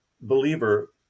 believer